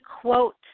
quote